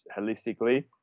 holistically